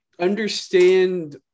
understand